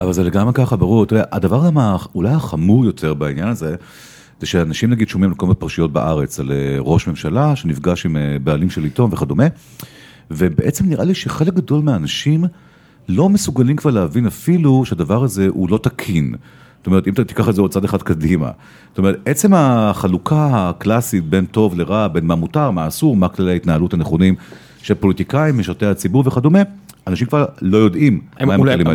אבל זה לגמרי ככה, ברור, אתה יודע. הדבר ה... אולי החמור יותר בעניין הזה, זה שאנשים נגיד שומעים על כל מיני פרשיות בארץ, על ראש ממשלה, שנפגש עם בעלים של עיתון וכדומה, ובעצם נראה לי שחלק גדול מהאנשים לא מסוגלים כבר להבין אפילו שהדבר הזה הוא לא תקין. זאת אומרת, אם אתה תיקח את זה עוד צעד אחד קדימה. זאת אומרת, עצם החלוקה הקלאסית בין טוב לרע, בין מה מותר, מה אסור, מה כללי ההתנהלות הנכונים, של פוליטיקאים, משרתי הציבור וכדומה, אנשים כבר לא יודעים.